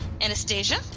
Anastasia